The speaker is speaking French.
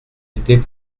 été